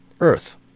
Earth